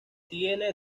tiene